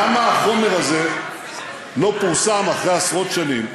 למה החומר הזה לא פורסם אחרי עשרות שנים?